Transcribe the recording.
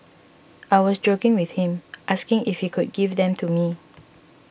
I was joking with him asking if he could give them to me